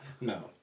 no